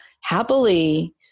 happily